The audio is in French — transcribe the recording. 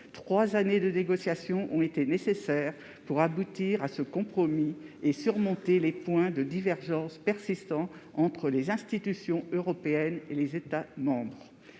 Trois années de négociations ont été nécessaires pour aboutir à ce compromis et surmonter les points de divergence persistant entre les institutions européennes et les États membres.